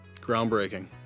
groundbreaking